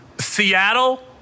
Seattle